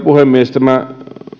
puhemies tämä